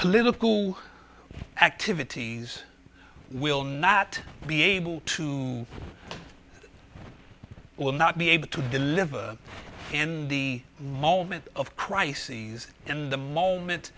political activities will not be able to will not be able to deliver in the moment of crises in the moment